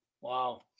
Wow